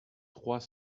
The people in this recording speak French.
trois